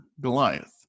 Goliath